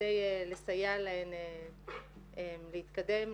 כדי לסייע להן להתקדם,